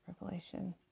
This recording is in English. Revelation